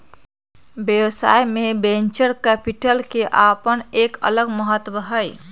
व्यवसाय में venture capital के अपन एक अलग महत्व हई